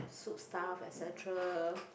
soup stuff etcetera